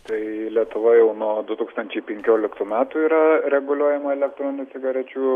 tai lietuva jau nuo du tūkstančiai penkioliktų metų yra reguliuojama elektroninių cigarečių